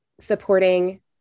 supporting